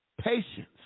Patience